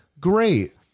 great